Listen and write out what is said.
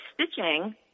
stitching